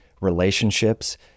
relationships